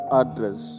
address